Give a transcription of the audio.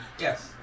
Yes